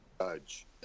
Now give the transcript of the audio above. judge